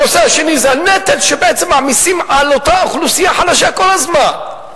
הנושא השני זה הנטל שבעצם מעמיסים על אותה אוכלוסייה חלשה כל הזמן.